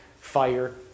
fire